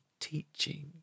teaching